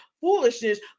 foolishness